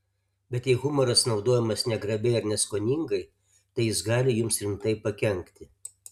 bet jei humoras naudojamas negrabiai ar neskoningai tai jis gali jums rimtai pakenkti